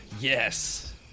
Yes